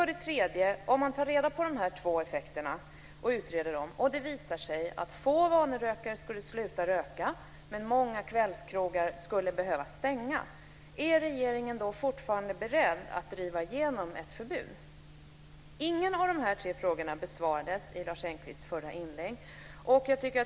Om man tar reda på hur det är med de här två effekterna och utreder dem och det visar sig att få vanerökare skulle sluta röka men att många kvällskrogar skulle behöva stänga, är regeringen även då beredd att driva igenom ett förbud? Ingen av de här frågorna besvarades i Lars Engqvists svar.